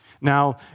Now